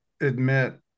admit